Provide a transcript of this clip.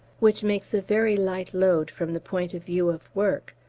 which makes a very light load from the point of view of work,